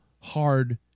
hard